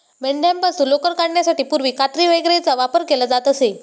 मेंढ्यांपासून लोकर काढण्यासाठी पूर्वी कात्री वगैरेचा वापर केला जात असे